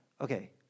okay